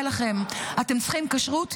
יהיה לכם, אתם צריכים כשרות?